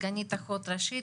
סגנית אחות ראשית